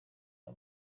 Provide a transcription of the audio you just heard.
rya